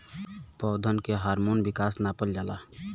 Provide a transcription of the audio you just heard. पौधन के हार्मोन विकास नापल जाला